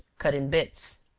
cut in bits.